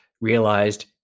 realized